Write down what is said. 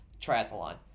triathlon